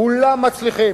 כולם מצליחים.